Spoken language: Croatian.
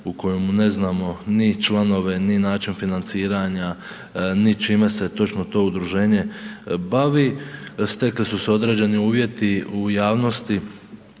u kojemu ne znamo ni članove, ni način financiranja, ni čime se točno to udruženje bavi, stekli su se određeni uvjeti u javnosti,